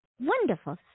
Wonderful